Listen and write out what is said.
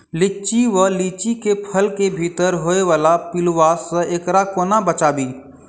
लिच्ची वा लीची केँ फल केँ भीतर होइ वला पिलुआ सऽ एकरा कोना बचाबी?